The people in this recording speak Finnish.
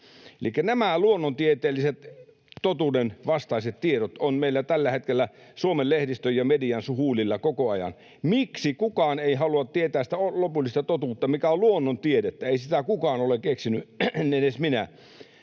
nämä luonnontieteellisen totuuden vastaiset tiedot ovat meillä tällä hetkellä Suomen lehdistön ja median huulilla koko ajan. Miksi kukaan ei halua tietää sitä lopullista totuutta, mikä on luonnontiedettä? Ei sitä kukaan ole keksinyt, en edes minä,